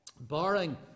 barring